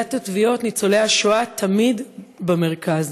בוועידת התביעות ניצולי השואה תמיד במרכז.